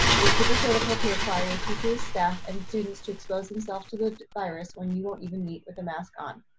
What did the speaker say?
it is hypocritical to require teachers, staff, and students to expose themselves to the virus when you won't even meet with a mask on.